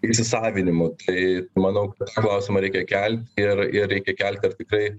įsisavinimu tai manau klausimą reikia kelti ir ir reikia kelti ar tikrai